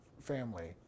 family